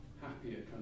happier